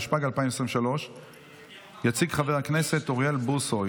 התשפ"ג 2023. יציג חבר הכנסת אוריאל בוסו,